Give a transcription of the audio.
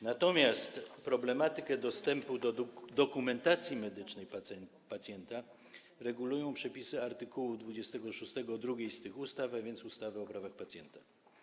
Natomiast problematykę dostępu do dokumentacji medycznej pacjenta regulują przepisy art. 26 drugiej z tych ustaw, a więc ustawy o prawach pacjenta.